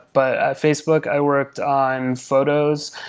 but at facebook i worked on photos,